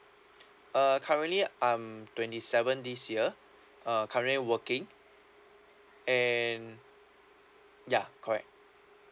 uh currently I'm twenty seven this year uh currently working and yeah correct